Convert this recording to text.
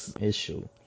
issue